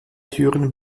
türen